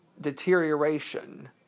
deterioration